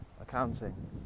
accounting